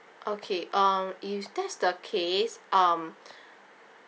okay um if that's the case um